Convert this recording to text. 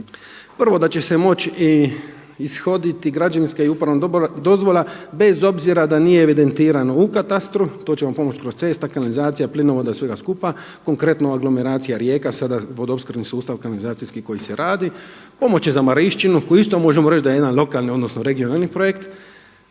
prvo da će se moći i ishoditi građevinska i upravna dozvola bez obzira da nije evidentirano u katastru, to će vam pomoći kod cesta, kanalizacija, plinovoda, svega skupa, konkretno aglomeracija Rijeka sada vodoopskrbni sustav, kanalizacijski koji se radi, pomoći će za marišćinu koji isto možemo reći da je jedan lokalni odnosno regionalni projekt,